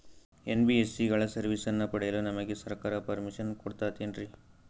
NBSC ಗಳ ಸರ್ವಿಸನ್ನ ಪಡಿಯಲು ನಮಗೆ ಸರ್ಕಾರ ಪರ್ಮಿಷನ್ ಕೊಡ್ತಾತೇನ್ರೀ?